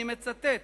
אני מצטט: